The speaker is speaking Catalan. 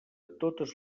totes